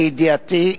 לידיעתי,